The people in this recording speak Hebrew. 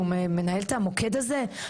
שהוא מנהל את המוקד הזה?